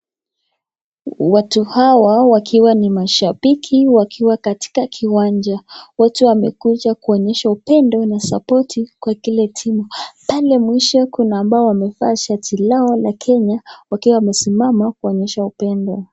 Watu hawa wakiwa ni mashabiki wakiwa katika kiwanja ,wote wamekuja kuonyesha upendo na sapoti kwa kile timu ,pale mwisho kuna ambao wamevaa shati lao la Kenya wakiwa wamesimama kuonyesha upendo.